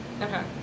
Okay